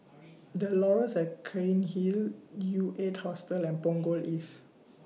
The Laurels At Cairnhill U eight Hostel and Punggol East